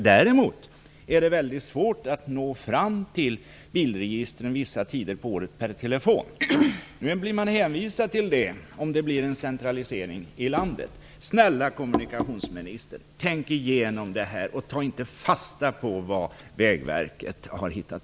Däremot är det väldigt svårt vissa tider på året att nå Bilregistret per telefon. Om det blir en centralisering blir man hänvisad till det.